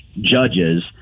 judges